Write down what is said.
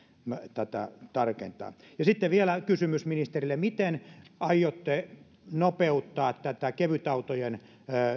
tätä tarkentaa sitten vielä kysymys ministerille miten aiotte nopeuttaa kevytautojen